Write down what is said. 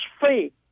free